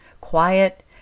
quiet